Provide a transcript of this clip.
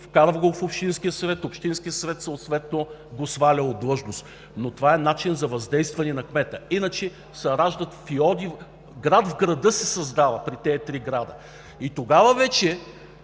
Вкарва го в общинския съвет, общинският съвет съответно го сваля от длъжност. Това е начин за въздействане на кмета. Иначе се раждат фиорди. За тези три града се създава град в града. Тогава вече